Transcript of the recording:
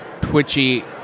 Twitchy